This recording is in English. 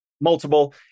multiple